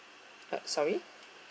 uh sorry